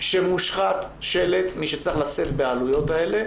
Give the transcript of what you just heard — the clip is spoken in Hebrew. כשמושחת שללט מי שצריך לשאת בעלויות האלה,